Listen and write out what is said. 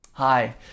Hi